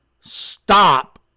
stop